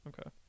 Okay